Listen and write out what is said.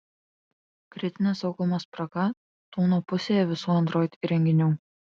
kritinė saugumo spraga tūno pusėje visų android įrenginių